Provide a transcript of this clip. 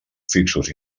fixos